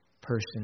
person